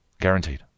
Guaranteed